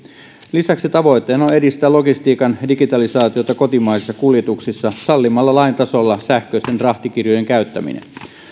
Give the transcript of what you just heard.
lisäksi tavoitteena on edistää logistiikan digitalisaatiota kotimaisissa kuljetuksissa sallimalla lain tasolla sähköisten rahtikirjojen käyttäminen